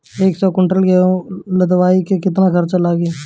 एक सौ कुंटल गेहूं लदवाई में केतना खर्चा लागी?